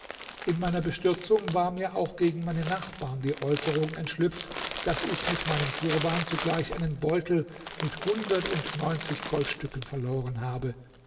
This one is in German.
in meiner bestürzung war mir auch gegen meine nachbarn die äußerung entschlüpft daß ich mit meinem turban zugleich einen beutel mit hundertundneunzig goldstücken verloren habe